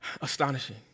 astonishing